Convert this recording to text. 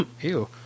Ew